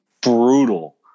brutal